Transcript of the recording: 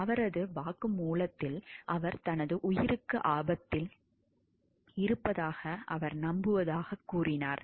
அவரது வாக்குமூலத்தில் அவர் தனது உயிருக்கு ஆபத்தில் இருப்பதாக அவர் நம்புவதாகக் கூறினார்